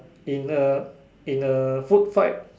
in a in a food fight